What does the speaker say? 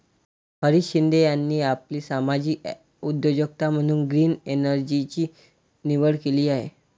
हरीश शिंदे यांनी आपली सामाजिक उद्योजकता म्हणून ग्रीन एनर्जीची निवड केली आहे